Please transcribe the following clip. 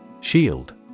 Shield